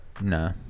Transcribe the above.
Nah